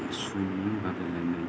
सुइमिं बादायलायनाय